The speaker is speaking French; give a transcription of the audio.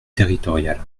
territoriales